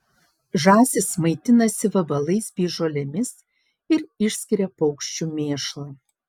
žąsys maitinasi vabalais bei žolėmis ir išskiria paukščių mėšlą